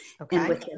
okay